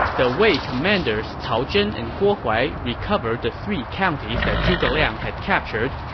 the wei commanders cao zhen and guo huai recovered the three counties that zhuge liang had captured,